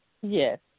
Yes